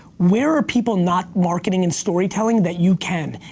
where are people not marketing and story telling, that you can?